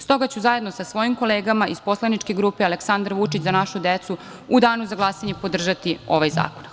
Stoga ću zajedno sa svojim kolegama iz poslaničke grupe Aleksandar Vučić – Za našu decu u danu za glasanje podržati ovaj zakon.